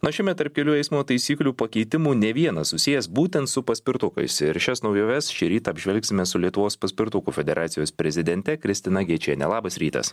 na šiemet tarp kelių eismo taisyklių pakeitimų ne vienas susijęs būtent su paspirtukais ir šias naujoves šįryt apžvelgsime su lietuvos paspirtukų federacijos prezidente kristina gečiene labas rytas